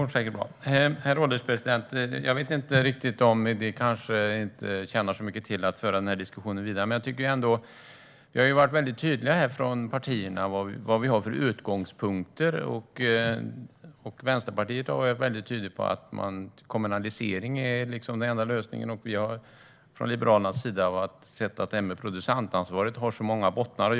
Herr ålderspresident! Det kanske inte tjänar så mycket till att föra den här diskussionen vidare, men vi har från partierna varit väldigt tydliga med vilka utgångspunkter vi har. Vänsterpartiet har varit tydliga med att kommunalisering är den enda lösningen, medan vi liberaler anser att producentansvaret har många bottnar.